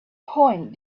point